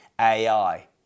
AI